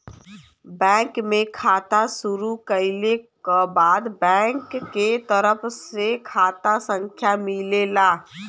bank में खाता शुरू कइले क बाद बैंक के तरफ से खाता संख्या मिलेला